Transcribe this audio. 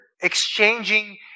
exchanging